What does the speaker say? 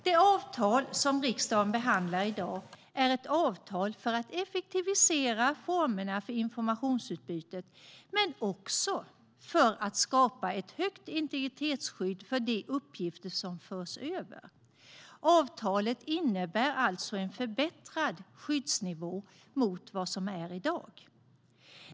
Det avtal som riksdagen behandlar i dag är ett avtal för att effektivisera formerna för informationsutbytet men också för att skapa ett högt integritetsskydd för de uppgifter som förs över. Avtalet innebär alltså en förbättrad skyddsnivå mot vad som gäller i dag.